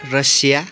Russia